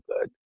good